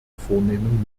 vornehmen